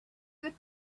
good